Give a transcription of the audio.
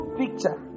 picture